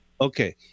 Okay